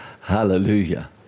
Hallelujah